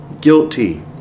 guilty